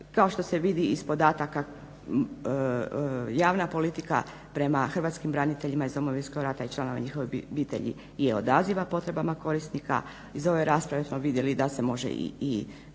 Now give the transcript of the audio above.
kao što se vidi iz podataka javna politika prema hrvatskim braniteljima iz Domovinskog rata i članova njihovih obitelji je odaziva potrebama korisnika. Iz ove rasprave smo vidjeli da se može i